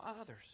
others